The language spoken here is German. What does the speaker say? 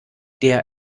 der